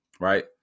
right